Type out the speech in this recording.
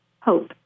hope